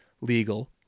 legal